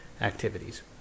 activities